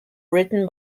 written